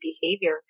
behavior